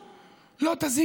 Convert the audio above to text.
אני אענה לך.